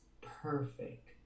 perfect